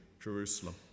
Jerusalem